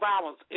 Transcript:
violence